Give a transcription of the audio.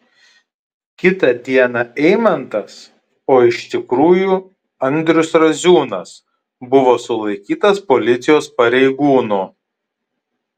kitą dieną eimantas o iš tikrųjų andrius raziūnas buvo sulaikytas policijos pareigūnų